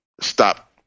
stop